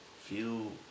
feel